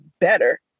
better